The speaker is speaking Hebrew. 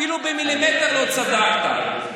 אפילו במילימטר לא צדקת.